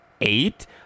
eight